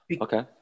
okay